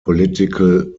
political